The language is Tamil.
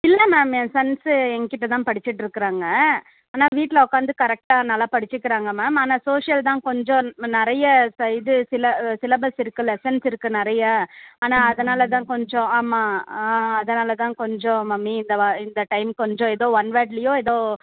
இல்லை மேம் என் சன்ஸ்ஸு எங்கிட்ட தான் படிச்சிட்டு இருக்குறாங்க ஆனால் வீட்டில் உட்காந்து கரெக்டாக நல்ல படிச்சுக்கிறாங்க மேம் ஆனால் சோசியல் தான் கொஞ்சம் நிறைய ச இது சில சிலபஸ் இருக்குது லெசன்ஸ் இருக்குது நிறைய ஆனால் அதனால் தான் கொஞ்சம் ஆமாம் அதனால் தான் கொஞ்சம் மம்மி இந்த வா இந்த டைம் கொஞ்சம் ஏதோ ஒன் வேர்ட்லியோ ஏதோ